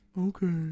Okay